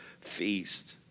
feast